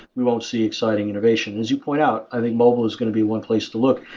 we won't see exciting innovations you point out, i think mobile is going to be one place to look.